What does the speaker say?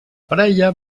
parella